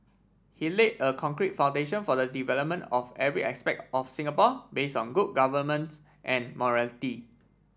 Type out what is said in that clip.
he laid a concrete foundation for the development of every aspect of Singapore base on good governance and morality